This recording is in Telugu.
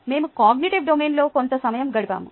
మేము కాగ్నిటివ్ డొమైన్లో కొంత సమయం గడిపాము